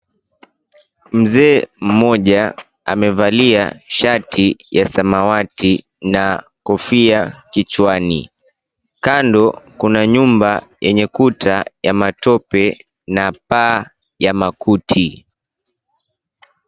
Mzee mmoja amevalia shati ya samawati na kofia kichwani. Kando kuna nyumba yenye kuta ya matope na paa ya makuti.